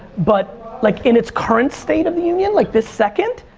but like in it's current state of the union, like this second,